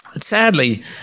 Sadly